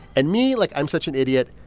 and me like, i'm such an idiot.